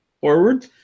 forward